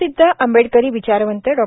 प्रसिद्ध आंबेडकरी विचारवंत डॉ